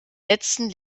letzten